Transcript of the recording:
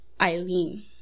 eileen